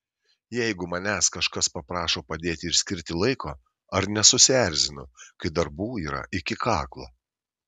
jeigu manęs kažkas paprašo padėti ir skirti laiko ar nesusierzinu kai darbų yra iki kaklo